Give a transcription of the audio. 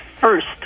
first